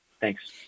Thanks